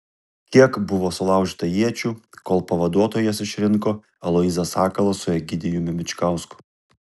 kiek buvo sulaužyta iečių kol pavaduotojas išrinko aloyzą sakalą su egidijumi bičkausku